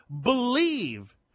believe